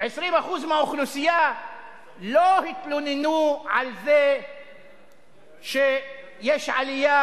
20% מהאוכלוסייה לא התלוננו על זה שיש עלייה